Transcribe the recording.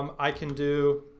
um i can do